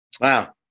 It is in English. Wow